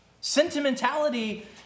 Sentimentality